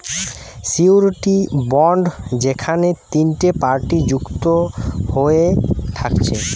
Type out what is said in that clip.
surety bond যেখেনে তিনটে party যুক্ত হয়ে থাকছে